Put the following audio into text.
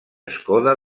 escoda